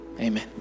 amen